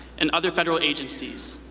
and other federal agencies.